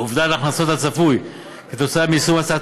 אובדן ההכנסות הצפוי כתוצאה מיישום הצעת